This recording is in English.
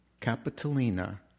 Capitolina